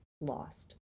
lost